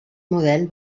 model